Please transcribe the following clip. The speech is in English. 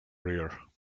rear